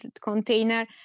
container